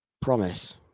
Promise